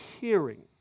hearing